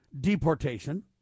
deportation